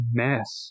mess